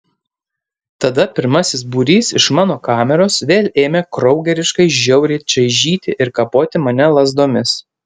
tada pirmasis būrys iš mano kameros vėl ėmė kraugeriškai žiauriai čaižyti ir kapoti mane lazdomis